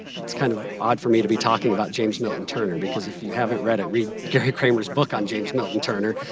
it's kind of odd for me to be talking about james milton turner, balls if you hadn't read it, read gary kremer's book on james milton turner.